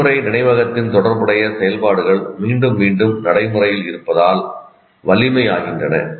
நடைமுறை நினைவகத்தின் தொடர்புடைய செயல்பாடுகள் மீண்டும் மீண்டும் நடைமுறையில் இருப்பதால் வலிமை யாகின்றன